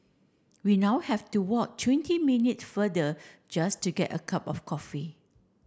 we now have to walk twenty minutes further just to get a cup of coffee